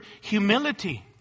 humility